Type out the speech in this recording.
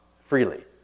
freely